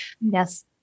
Yes